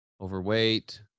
overweight